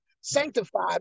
sanctified